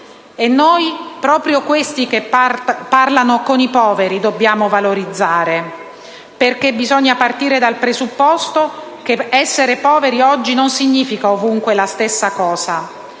E noi proprio coloro che parlano con i poveri dobbiamo valorizzare, perché bisogna partire dal presupposto che essere poveri oggi non significa ovunque la stessa cosa.